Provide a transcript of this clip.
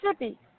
Mississippi